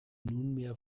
nunmehr